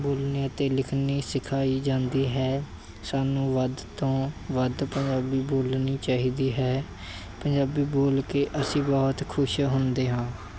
ਬੋਲਣੀ ਅਤੇ ਲਿਖਣੀ ਸਿਖਾਈ ਜਾਂਦੀ ਹੈ ਸਾਨੂੰ ਵੱਧ ਤੋਂ ਵੱਧ ਪੰਜਾਬੀ ਬੋਲਣੀ ਚਾਹੀਦੀ ਹੈ ਪੰਜਾਬੀ ਬੋਲ ਕੇ ਅਸੀਂ ਬਹੁਤ ਖੁਸ਼ ਹੁੰਦੇ ਹਾਂ